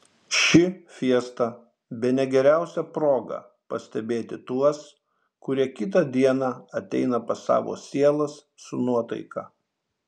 ši fiesta bene geriausia proga pastebėti tuos kurie kitą dieną ateina pas savo sielas su nuotaika